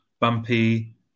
bumpy